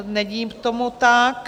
Není tomu tak.